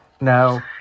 No